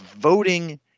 voting